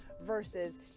versus